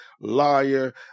liar